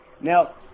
Now